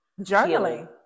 Journaling